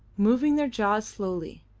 moving their jaws slowly,